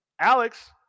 Alex